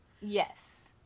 Yes